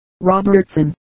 Robertson